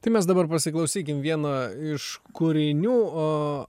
tai mes dabar pasiklausykim vieną iš kūrinių o